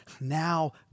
Now